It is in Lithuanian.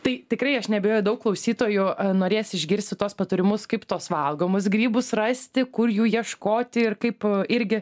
tai tikrai aš neabejoju daug klausytojų norės išgirsti tuos patarimus kaip tuos valgomus grybus rasti kur jų ieškoti ir kaip irgi